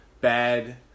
bad